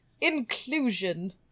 Inclusion